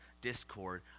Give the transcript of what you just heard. discord